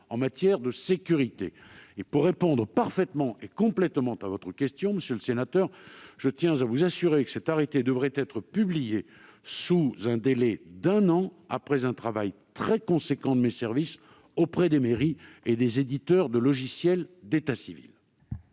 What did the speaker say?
soient réunies. Pour répondre parfaitement et complètement à votre question, monsieur le sénateur, je tiens à vous assurer que cet arrêté devrait être publié dans un délai d'un an, après un travail très important de mes services auprès des mairies et des éditeurs de logiciels d'état civil.